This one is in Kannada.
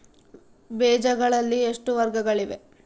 ಬೇಜಗಳಲ್ಲಿ ಎಷ್ಟು ವರ್ಗಗಳಿವೆ?